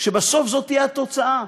שבסוף זו תהיה התוצאה: